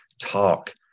talk